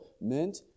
meant